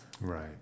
Right